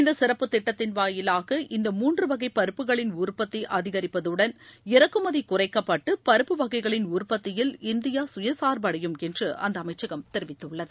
இந்த சிறப்பு திட்டத்தின் வாயிலாக இந்த மூன்று வகை பருப்புகளின் உற்பத்தி அதிகரிப்பதுடன் இறக்குமதி குறைக்கப்பட்டு பருப்பு வகைகளின் உற்பத்தியில் இந்தியா சுயசுர்பு அடையும் என்று அந்த அமைச்சகம் தெரிவித்துள்ளது